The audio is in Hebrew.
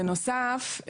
בנוסף,